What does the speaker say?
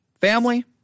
family